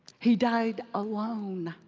he died alone.